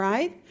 Right